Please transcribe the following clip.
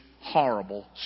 horrible